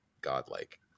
godlike